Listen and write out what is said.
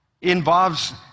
involves